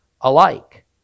alike